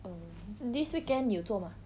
err this weekend 你有做吗